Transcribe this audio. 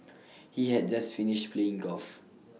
he had just finished playing golf